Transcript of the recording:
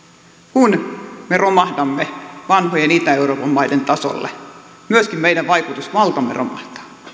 kun me romahdamme vanhojen itä euroopan maiden tasolle myöskin meidän vaikutusvaltamme romahtaa